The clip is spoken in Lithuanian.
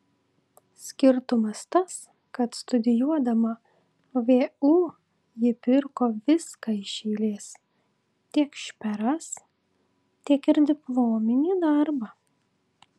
skirtumas tas kad studijuodama vu ji pirko viską iš eilės tiek šperas tiek ir diplominį darbą